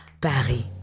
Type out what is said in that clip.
Paris